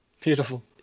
Beautiful